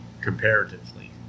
comparatively